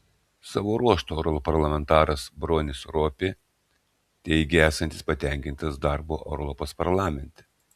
savo ruožtu europarlamentaras bronis ropė teigė esantis patenkintas darbu europos parlamente